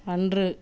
அன்று